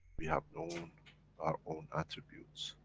we have known our own attributes.